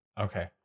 Okay